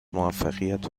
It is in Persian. موفقیت